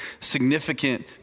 significant